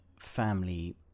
family